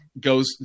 goes